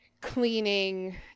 cleaning